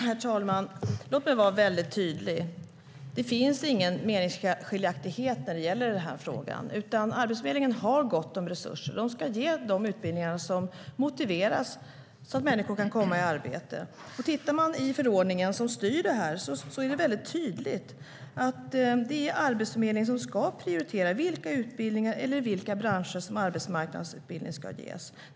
Herr talman! Låt mig vara väldigt tydlig. Det finns inga meningsskiljaktigheter när det gäller den här frågan. Arbetsförmedlingen har gott om resurser. De ska ge de utbildningar som motiveras så att människor kan komma i arbete. Tittar man i förordningen som styr det här ser man att det är väldigt tydligt att det är Arbetsförmedlingen som ska prioritera vilka utbildningar som ska ges och inom vilka branscher som arbetsmarknadsutbildning ska ges.